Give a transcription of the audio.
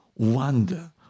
wonder